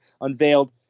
unveiled